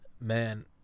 Man